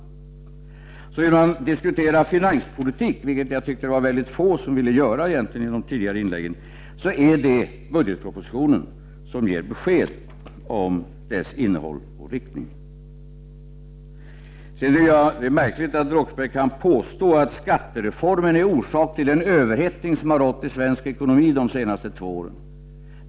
Om vi skall diskutera finanspolitik, vilket väldigt få velat göra av tidigare inlägg att döma, kan jag säga att det är budgetpropositionen som ger besked om innehåll och riktning. Det är märkligt att Claes Roxbergh kan påstå att skattereformen är orsaken till den överhettning som har rått i svensk ekonomi under de senaste två åren.